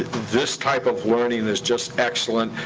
this type of learning is just excellent.